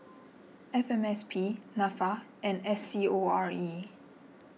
F M S P Nafa and S C O R E